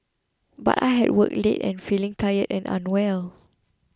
but I had worked late and feeling tired and unwell